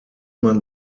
man